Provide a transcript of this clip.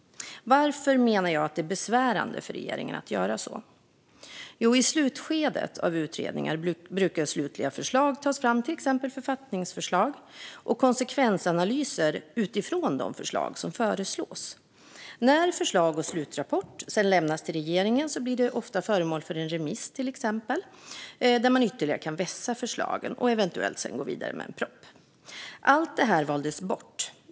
Varför menar jag att det är besvärande för regeringen att göra så? Jo, i slutskedet av utredningar brukar slutliga förslag tas fram, till exempel författningsförslag och konsekvensanalyser utifrån de förslag som läggs fram. När förslag och slutrapport sedan lämnas till regeringen blir de ofta föremål för en remiss, till exempel, där man ytterligare kan vässa förslagen och eventuellt sedan gå vidare med en proposition. Allt detta valdes bort.